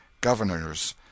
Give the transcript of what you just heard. governors